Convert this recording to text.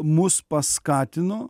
mus paskatino